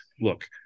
look